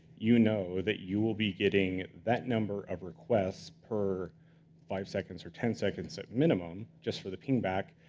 you know that you will be getting that number of requests per five seconds or ten seconds at minimum, just for the pingback,